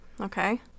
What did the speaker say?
Okay